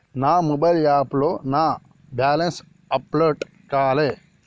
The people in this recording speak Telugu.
నా మొబైల్ యాప్లో నా బ్యాలెన్స్ అప్డేట్ కాలే